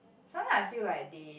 sometimes I feel like they